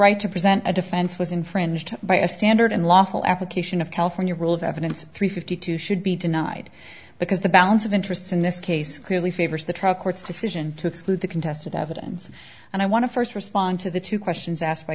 right to present a defense was infringed by a standard and lawful application of california rule of evidence three fifty two should be denied because the balance of interests in this case clearly favors the truck court's decision to exclude the contested evidence and i want to first respond to the two questions asked by